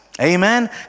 Amen